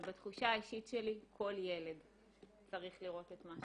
בתחושה האישית שלי כל ילד צריך לראות את מה